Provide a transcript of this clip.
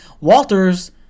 Walters